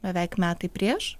beveik metai prieš